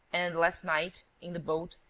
and, last night, in the boat,